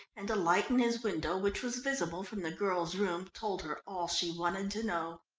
and a light in his window, which was visible from the girl's room, told her all she wanted to know.